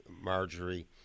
Marjorie